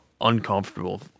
uncomfortable